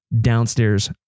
downstairs